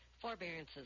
Forbearances